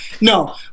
No